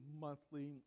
monthly